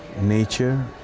nature